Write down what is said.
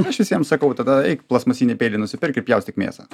aš visiems sakau tada eik plastmasinį peilį nusipirk ir pjaustyk mėsą